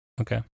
Okay